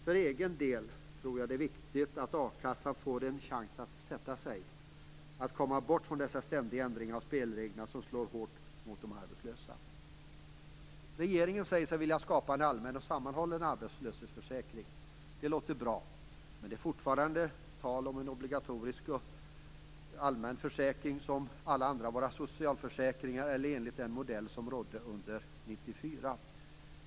Jag tror att det är viktigt att a-kassan får en chans att "sätta sig" och komma bort från dessa ständiga ändringar av spelreglerna, vilka slår hårt mot de arbetslösa. Regeringen säger sig vilja skapa en allmän och sammanhållen arbetslöshetsförsäkring. Det låter bra. Men det är fortfarande tal om en obligatorisk och allmän försäkring som alla våra andra socialförsäkringar, enligt den modell som rådde under 1994.